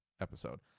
episode